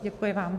Děkuji vám.